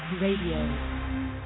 Radio